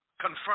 confirm